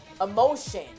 emotion